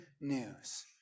news